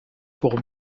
pour